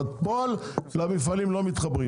בפועל המפעלים לא מתחברים.